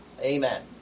Amen